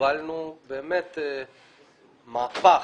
שהובלנו באמת מהפך,